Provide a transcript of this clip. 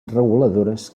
reguladores